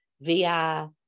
Via